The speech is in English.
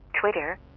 Twitter